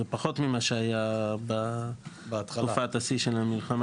זה פחות ממה שהיה בתקופת השיא של המלחמה